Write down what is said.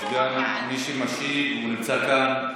מי שמשיב נמצא כאן,